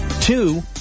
Two